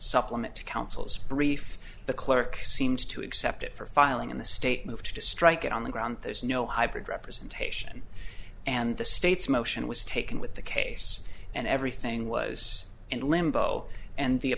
supplement to counsel's brief the clerk seems to accept it for filing in the state moved to strike it on the ground there's no hybrid representation and the state's motion was taken with the case and everything was in limbo and the